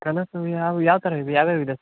ಕಲರ್ಸೂ ಯಾವ ಯಾವ ಥರ ಇದೆ ಯಾವ್ಯಾವು ಇದೆ